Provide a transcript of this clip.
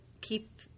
keep